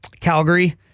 Calgary